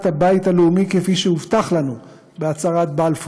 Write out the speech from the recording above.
הבית הלאומי כפי שהובטח לנו בהצהרת בלפור.